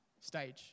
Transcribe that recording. stage